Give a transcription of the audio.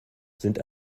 sind